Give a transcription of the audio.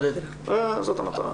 זו המטרה.